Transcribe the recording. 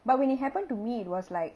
but when it happened to me it was like